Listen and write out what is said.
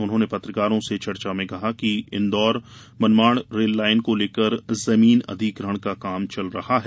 उन्होंने पत्रकारों से चर्चा में कहा कि इन्दौर मनमाड़ रेललाइन को लेकर जमीन अधिग्रहण का काम चल रहा है